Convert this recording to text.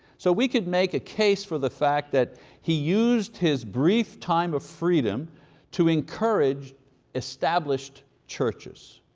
so we could make a case for the fact that he used his brief time of freedom to encourage established churches.